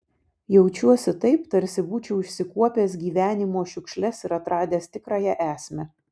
jaučiuosi taip tarsi būčiau išsikuopęs gyvenimo šiukšles ir atradęs tikrąją esmę